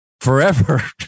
forever